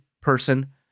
person